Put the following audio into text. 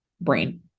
brain